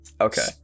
Okay